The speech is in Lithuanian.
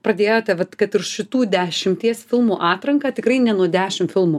pradėjote vat kad ir šitų dešimties filmų atranką tikrai ne nuo dešim filmų